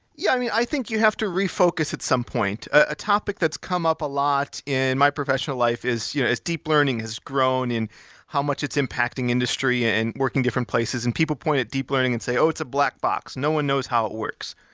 yeah i think you have to refocus at some point. a topic that's come up a lot in my professional life is yeah deep learning has grown and how much it's impacting industry and work in different places and people point at deep learning and say, oh, it's a black box. no one knows how it works.